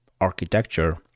architecture